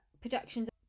productions